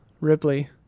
Ripley